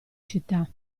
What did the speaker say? città